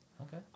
okay